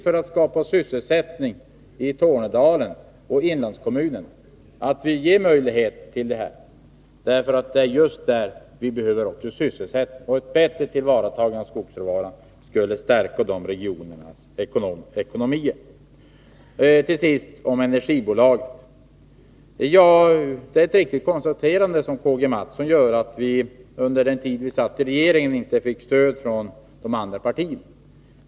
För att skapa sysselsättning i Tornedalen och i inlandskommunerna är det viktigt att vi ger möjlighet till detta. Det är just där vi behöver sysselsättning. Ett bättre tillvaratagande av skogsråvaran skulle stärka de berörda regionernas ekonomier. Till sist några ord om bildande av ett energibolag. Det är ett riktigt konstaterande som Karl-Gustaf Mathsson gör, att centern under sin tid i regeringen inte fick stöd från de andra partierna.